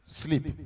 sleep